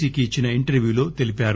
C కి ఇచ్చిన ఇంటర్ప్యూలో తెలిపారు